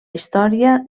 història